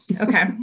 Okay